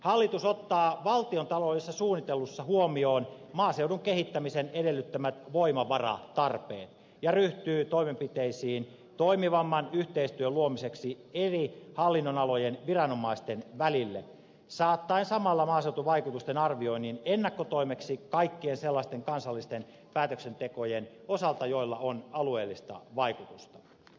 hallitus ottaa valtiontaloudellisessa suunnittelussa huomioon maaseudun kehittämisen edellyttämät voimavaratarpeet ja ryhtyy toimenpiteisiin toimivamman yhteistyön luomiseksi eri hallinnonalojen viranomaisten välille saattaen samalla maaseutuvaikutusten arvioinnin ennakkotoimeksi kaikkeen sellaiseen kansalliseen päätöksentekoon jolla on alueellista vaikutusta